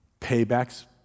payback's